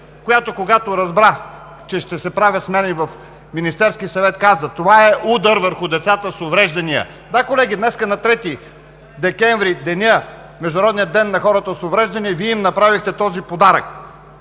която, когато разбра, че ще се правят смени в Министерския съвет, каза: „Това е удар върху децата с увреждания.“ Да, колеги, днес, на 3 декември – Международния ден на хората с увреждания, Вие им направихте този подарък.